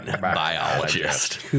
Biologist